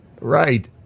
Right